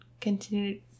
Continue